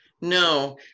no